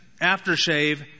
aftershave